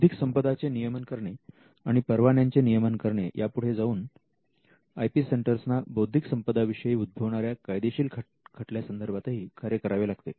बौद्धिक संपदा चे नियमन करणे आणि परवान्यांचे नियमन करणे यापुढे जाऊन आय पी सेंटर्सना बौद्धिक संपदा विषयी उद्भवणाऱ्या कायदेशीर खटल्या संदर्भातही कार्य करावे लागते